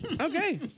okay